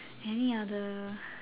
any other